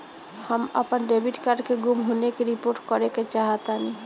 हम अपन debit card के गुम होने की रिपोर्ट करे चाहतानी